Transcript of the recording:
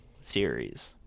series